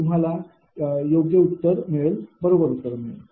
तुम्हाला योग्य उत्तर बरोबर मिळेल